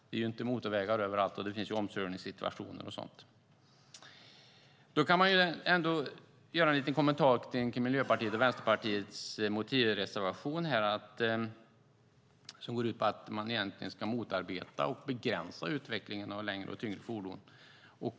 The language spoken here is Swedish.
Det är inte motorvägar överallt, och det blir omkörningssituationer. Jag ska ge någon liten kommentar till Miljöpartiets och Vänsterpartiets motivreservation, som går ut på att motarbeta och begränsa utvecklingen av längre och tyngre fordon.